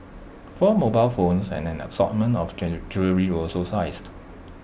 four mobile phones and an assortment of jewellery were also seized